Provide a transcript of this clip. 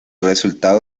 resultado